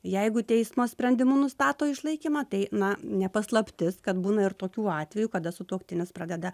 jeigu teismo sprendimu nustato išlaikymą tai na ne paslaptis kad būna ir tokių atvejų kada sutuoktinis pradeda